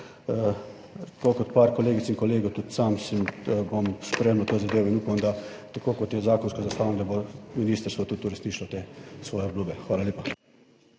tako kot par kolegic in kolegov, tudi sam sem, bom sprejel to zadevo in upam, da tako kot je zakonsko zastavljeno, da bo ministrstvo tudi uresničilo te svoje obljube. Hvala lepa.